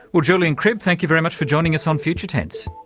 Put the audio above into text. well julian cribb, thank you very much for joining us on future tense.